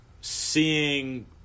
seeing